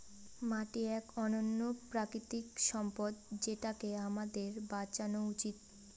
মাটি এক অনন্য প্রাকৃতিক সম্পদ যেটাকে আমাদের বাঁচানো উচিত